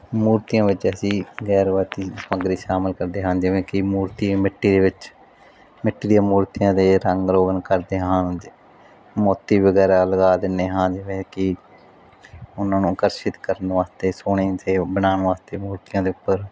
ਮੂਰਤੀਆਂ ਵਿਚ ਅਸੀਂ ਗੈਰਵਰਤੀ ਸਮੱਗਰੀ ਸ਼ਾਮਿਲ ਕਰਦੇ ਹਨ ਜਿਵੇਂ ਕਿ ਮੂਰਤੀ ਮਿੱਟੀ ਦੇ ਵਿੱਚ ਮਿੱਟੀ ਦੀਆਂ ਮੂਰਤੀਆਂ ਦੇ ਰੰਗ ਰੋਗਨ ਕਰਦੇ ਹਾਂ ਮੋਤੀ ਵਗੈਰਾ ਲਗਾ ਦਿੰਦੇ ਹਾਂ ਜਿਵੇਂ ਕਿ ਉਹਨਾਂ ਨੂੰ ਆਕਰਸ਼ਿਤ ਕਰਨ ਵਾਸਤੇ ਸੋਹਣੇ ਥੇ ਬਣਾਉਣ ਵਾਸਤੇ ਮੁਰਤੀਆਂ ਦੇ ਉੱਪਰ